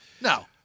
No